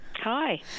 Hi